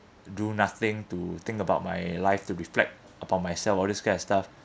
do nothing to think about my life to reflect upon myself all this kind of stuff